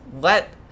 let